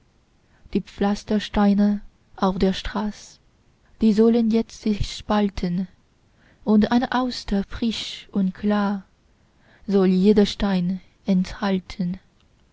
die pflastersteine auf der straß die sollen jetzt sich spalten und eine auster frisch und klar soll jeder stein enthalten